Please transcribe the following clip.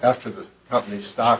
after the company's stock